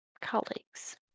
colleagues